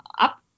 up